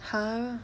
!huh!